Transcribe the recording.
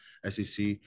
SEC